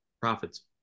profits